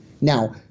Now